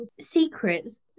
secrets